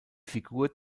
figur